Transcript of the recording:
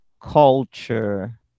culture